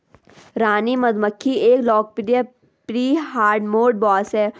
रानी मधुमक्खी एक लोकप्रिय प्री हार्डमोड बॉस है